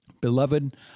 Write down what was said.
Beloved